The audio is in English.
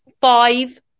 five